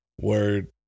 Word